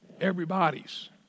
everybody's